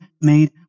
made